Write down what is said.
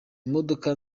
imodoka